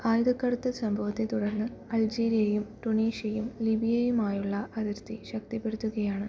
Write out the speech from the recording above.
ആയുധക്കടത്ത് സംഭവത്തെത്തുടർന്ന് അൾജീരിയയും ടുണീഷ്യയും ലിബിയയുമായുള്ള അതിർത്തി ശക്തിപ്പെടുത്തുകയാണ്